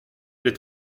les